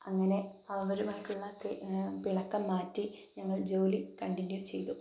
അങ്ങനെ അവരുമായിട്ടുള്ളതൊക്കെ പിണക്കം മാറ്റി ഞങ്ങൾ ജോലി കണ്ടിന്യു ചെയ്തു